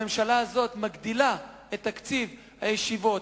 הממשלה הזאת מגדילה את תקציב הישיבות,